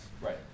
Right